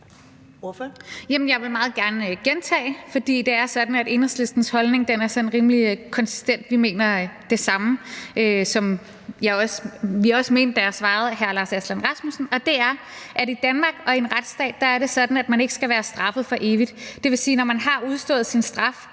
vil meget gerne gentage, for det er sådan, at Enhedslistens holdning er sådan rimelig konsistent. Vi mener det samme, som vi også mente, da jeg svarede hr. Lars Aslan Rasmussen, og det er, at i Danmark og i en retsstat er det sådan, at man ikke skal straffes for evigt. Det vil sige, at man, når man har udstået sin straf,